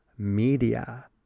media